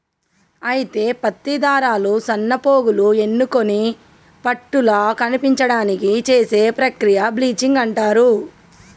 అయితే పత్తి దారాలు సన్నపోగులు ఎన్నుకొని పట్టుల కనిపించడానికి చేసే ప్రక్రియ బ్లీచింగ్ అంటారు